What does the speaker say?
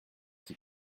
qui